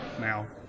now